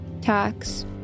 tax